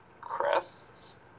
crests